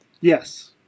Yes